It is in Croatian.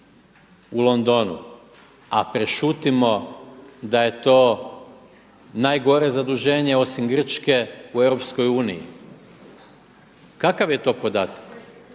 u Londonu a prešutimo da je to najgore zaduženje osim Grčke u EU, kakav je to podatak?